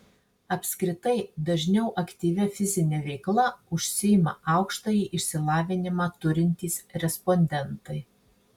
apskritai dažniau aktyvia fizine veikla užsiima aukštąjį išsilavinimą turintys respondentai